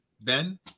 Ben